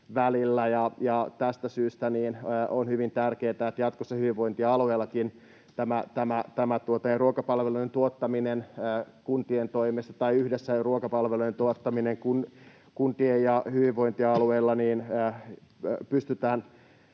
tästä syystä on hyvin tärkeätä, että jatkossa hyvinvointialueillakin tämä ruokapalvelujen tuottaminen kuntien toimesta tai yhdessä pystytään